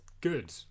good